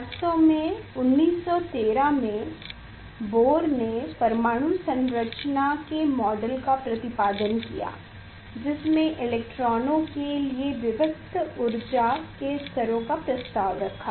वास्तव में 1913 में बोह्रर ने परमाणु संरचना के मॉडल का प्रतिपादन किया जिसमें इलेक्ट्रॉनों के लिए विविक्त्त ऊर्जा के स्तरों का प्रस्ताव रखा